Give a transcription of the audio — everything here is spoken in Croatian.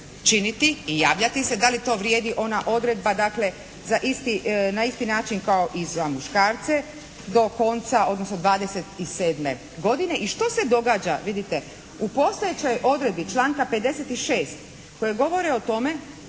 činiti i javljati se. Da li to vrijedi ona odredba dakle za isti, na isti način kao i za muškarce do konca odnosno 27. godine. I što se događa, vidite u postojećoj odredbi članka 56. koje govore o tome